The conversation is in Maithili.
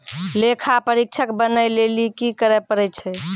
लेखा परीक्षक बनै लेली कि करै पड़ै छै?